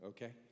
Okay